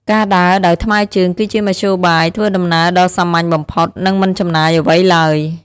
ការដើរដោយថ្មើរជើងគឺជាមធ្យោបាយធ្វើដំណើរដ៏សាមញ្ញបំផុតនិងមិនចំណាយអ្វីឡើយ។